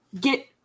Get